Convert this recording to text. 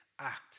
act